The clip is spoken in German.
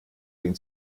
den